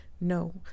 no